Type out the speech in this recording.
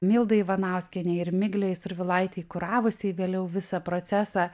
mildai ivanauskienei ir miglei survilaitei kuravusiai vėliau visą procesą